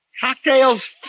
Cocktails